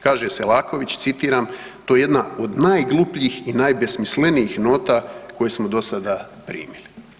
Kaže Selaković, citiram, to je jedna od najglupljih i najbesmislenijih nota koje smo do sada primili.